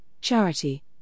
Charity